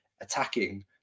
attacking